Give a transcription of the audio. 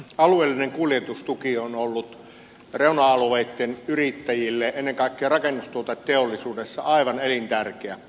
alueellinen kuljetustuki on ollut reuna alueitten yrittäjille ennen kaikkea rakennustuoteteollisuudessa aivan elintärkeä